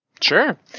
Sure